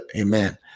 Amen